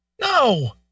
No